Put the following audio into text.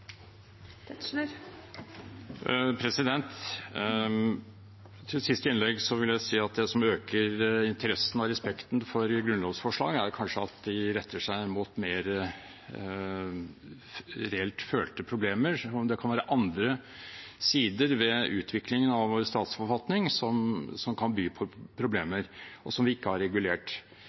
Til siste innlegg vil jeg si at det som øker interessen og respekten for grunnlovsforslag, er kanskje at de retter seg mot mer reelt følte problemer. Det kan være andre sider ved utviklingen av vår statsforfatning som kan by på problemer, og som vi ikke har regulert.